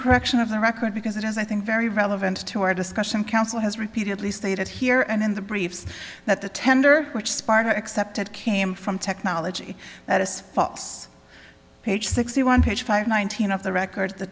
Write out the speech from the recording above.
correction of the record because it is i think very relevant to our discussion counsel has repeatedly stated here and in the briefs that the tender which spark accepted came from technology that is false page sixty one page five nineteen of the record